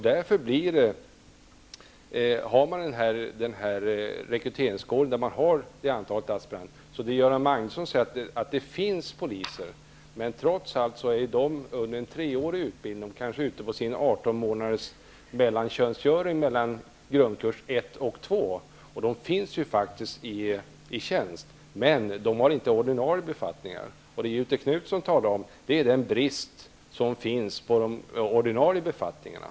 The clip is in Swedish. Göran Magnusson sade att det finns poliser, men trots allt kanske dessa aspiranter deltar i en treårig utbildning eller fullgör sin 18 Det är de facto i tjänst, men de har inte ordinarie befattningar. Göthe Knutson talade om den brist som finns när det gäller de ordinarie befattningarna.